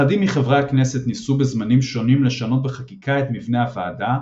אחדים מחברי הכנסת ניסו בזמנים שונים לשנות בחקיקה את מבנה הוועדה,